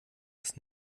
das